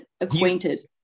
acquainted